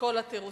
כל התירוצים.